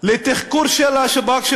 לתחקור של השב"כ,